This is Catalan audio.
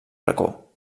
racó